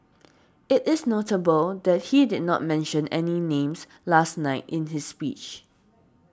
it is notable that he did not mention any names last night in his speech